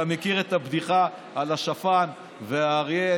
אתה מכיר את הבדיחה על השפן והאריה.